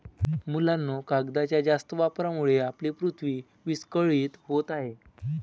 मुलांनो, कागदाच्या जास्त वापरामुळे आपली पृथ्वी विस्कळीत होत आहे